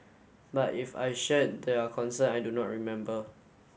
but if I shared their concern I do not remember